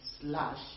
slash